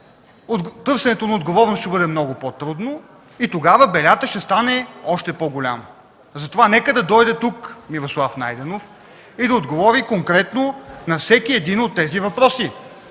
търсенето на отговорност ще бъде много по-трудно и тогава белята ще стане още по-голяма. Затова нека да дойде тук Мирослав Найденов и да отговори конкретно на всеки от въпросите.